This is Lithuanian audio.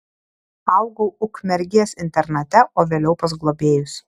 augau ukmergės internate o vėliau pas globėjus